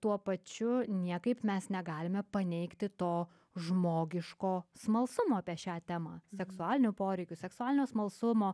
tuo pačiu niekaip mes negalime paneigti to žmogiško smalsumo apie šią temą seksualinių poreikių seksualinio smalsumo